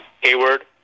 Hayward